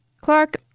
Clark